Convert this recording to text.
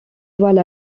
voile